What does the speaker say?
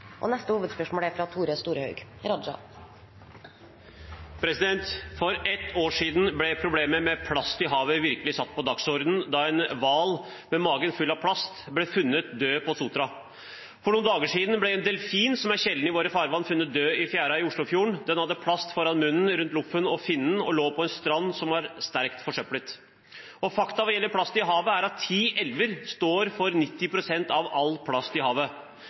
For ett år siden ble problemet med plast i havet virkelig satt på dagsordenen da en hval med magen full av plast ble funnet død på Sotra. For noen dager siden ble en delfin, som er et sjeldent dyr i våre farvann, funnet død i fjæra i Oslofjorden. Den hadde plast foran munnen, rundt den ene luffen og rundt ryggfinnen og lå på en strand som var sterkt forsøplet. Faktum når det gjelder plast i havet, er at ti elver står for 90 pst. av all plast i havet.